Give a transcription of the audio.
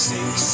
Six